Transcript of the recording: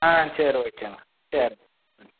ஆ சரி ஓகேங்க சரி ம்